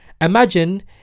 imagine